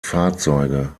fahrzeuge